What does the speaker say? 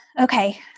okay